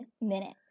minutes